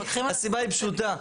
הסיבה היא פשוטה.